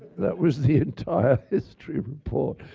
that was the entire history report.